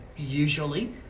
usually